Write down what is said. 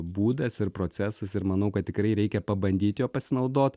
būdas ir procesas ir manau kad tikrai reikia pabandyt juo pasinaudot